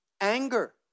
anger